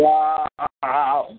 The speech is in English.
Wow